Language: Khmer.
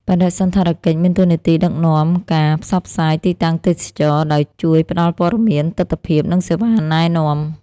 បដិសណ្ឋារកិច្ចមានតួនាទីដឹកនាំការផ្សព្វផ្សាយទីតាំងទេសចរណ៍ ដោយជួយផ្ដល់ព័ត៌មាន ទិដ្ឋភាព និងសេវាណែនាំ។